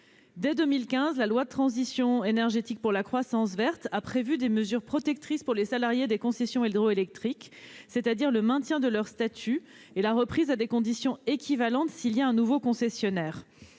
Dès 2015, la loi relative à la transition énergétique pour la croissance verte a prévu des mesures protectrices pour les salariés des concessions hydroélectriques, à savoir le maintien de leur statut et la reprise à des conditions équivalentes en cas de nouveau concessionnaire.